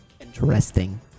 Interesting